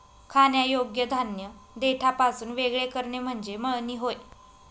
खाण्यायोग्य धान्य देठापासून वेगळे करणे म्हणजे मळणी होय